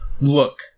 Look